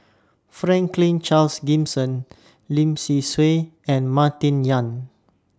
Franklin Charles Gimson Lim Swee Say and Martin Yan